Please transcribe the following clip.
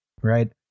right